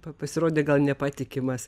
pa pasirodė gal nepatikimas